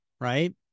right